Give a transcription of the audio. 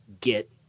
get